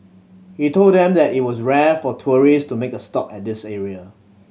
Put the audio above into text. he told them that it was rare for tourist to make a stop at this area